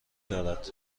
دارد